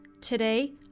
Today